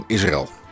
Israël